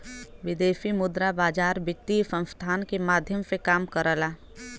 विदेशी मुद्रा बाजार वित्तीय संस्थान के माध्यम से काम करला